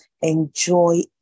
enjoy